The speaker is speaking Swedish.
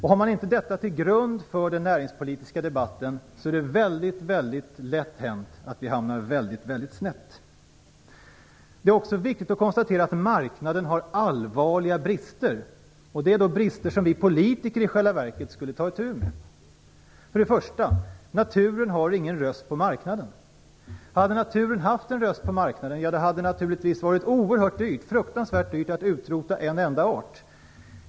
Har man inte detta till grund för den näringspolitiska debatten är det väldigt lätt hänt att vi hamnar väldigt snett. Det är också viktigt att konstatera att marknaden har allvarliga brister. Det är brister som vi politiker i själva verket skulle ta itu med. Naturen har ingen röst på marknaden. Hade naturen haft en röst på marknaden hade det naturligtvis varit fruktansvärt dyrt att utrota en enda art.